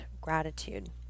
gratitude